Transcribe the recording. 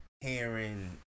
hearing